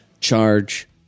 charge